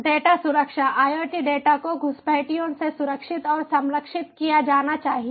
data सुरक्षा IoT data को घुसपैठियों से सुरक्षित और संरक्षित किया जाना चाहिए